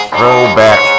Throwback